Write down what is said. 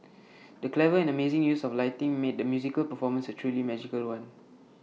the clever and amazing use of lighting made the musical performance A truly magical one